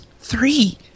Three